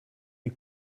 you